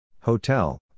Hotel